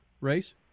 race